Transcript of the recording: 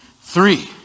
three